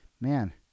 man